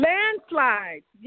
Landslides